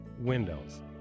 Windows